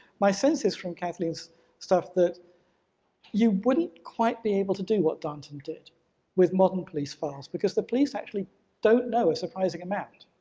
my sense is from kathleen's stuff that you wouldn't quite be able to do what darnton did with modern police files because the police actually don't know a surprising amount,